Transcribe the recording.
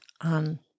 on